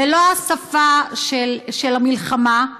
ולא השפה של המלחמה.